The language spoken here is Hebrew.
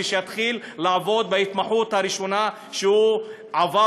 הוא יתחיל לעבוד בהתמחות הראשונה שהוא עבר,